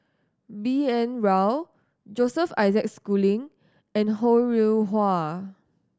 B N Rao Joseph Isaac Schooling and Ho Rih Hwa